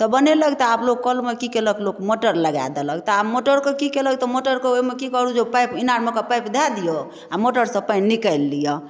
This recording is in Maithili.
तऽ बनयलक तऽ आब लोक कलमे कि कयलक लोक मोटर लगाए देलक तऽ आब मोटर कऽ कि कयलक तऽ मोटर कऽ ओहिमे की करू जे पाइप ईनारमे कऽ पाइप धए दिऔ आ मोटरसँ पानि निकालि लिअ